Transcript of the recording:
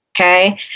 Okay